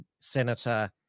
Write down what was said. senator